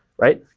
right?